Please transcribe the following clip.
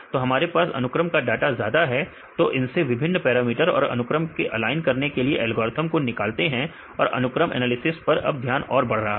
तो हमारे पास अनुक्रम का डाटा ज्यादा है तो इनसे विभिन्न पैरामीटर और अनुक्रम को ऑलाइन करने के लिए एल्गोरिथ्म को निकालते हैं और अनुक्रम एनालिसिस पर अब ध्यान और बढ़ रहा है